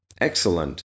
Excellent